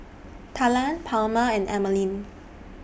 Talan Palma and Emeline